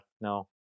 no